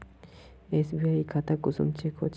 SBI खाता कुंसम check होचे?